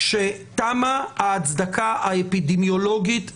שתמה ההצדקה האפידמיולוגית להגבלות.